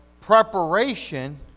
Preparation